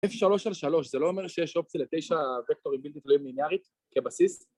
3 על 3, זה לא אומר שיש אופציה לתשע וקטורים בלתי תלויים ליניארית כבסיס